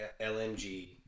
LMG